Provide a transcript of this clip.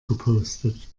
gepostet